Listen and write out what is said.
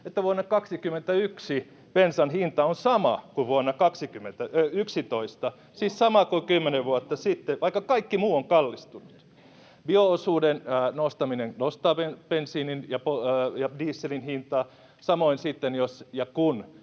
että vuonna 21 bensan hinta on sama kuin vuonna 2011, siis sama kuin kymmenen vuotta sitten, vaikka kaikki muu on kallistunut. Bio-osuuden nostaminen nostaa bensiinin ja dieselin hintaa, samoin sitten, jos ja kun